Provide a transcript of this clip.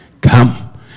Come